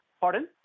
Pardon